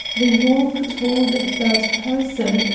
the yawl could hold a third person,